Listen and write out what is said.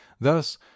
thus